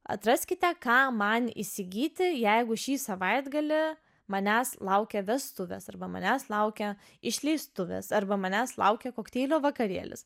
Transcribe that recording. atraskite ką man įsigyti jeigu šį savaitgalį manęs laukia vestuvės arba manęs laukia išleistuvės arba manęs laukia kokteilių vakarėlis